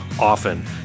often